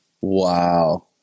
Wow